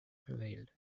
prevailed